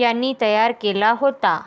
यांनी तयार केला होता